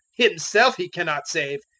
himself he cannot save!